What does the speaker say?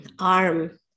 arm